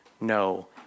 No